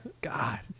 God